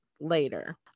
later